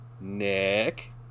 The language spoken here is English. Nick